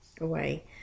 away